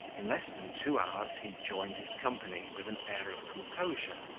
in less than two hours he joined his company with an air of composure,